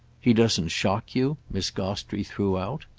he doesn't shock you? miss gostrey threw out.